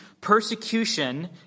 persecution